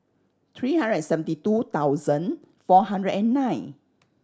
three hundred and seventy two thousand four hundred and nine